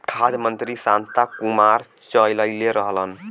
खाद्य मंत्री शांता कुमार चललइले रहलन